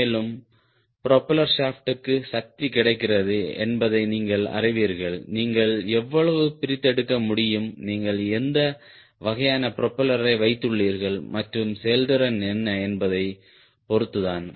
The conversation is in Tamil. மேலும் ப்ரொபெல்லர் ஷாப்டுக்கு சக்தி கிடைக்கிறது என்பதை நீங்கள் அறிவீர்கள் நீங்கள் எவ்வளவு பிரித்தெடுக்க முடியும் நீங்கள் எந்த வகையான ப்ரொபெல்லரை வைத்துள்ளீர்கள் மற்றும் செயல்திறன் என்ன என்பதைப் பொறுத்துதான்